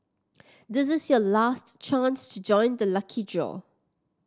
this is your last chance to join the lucky draw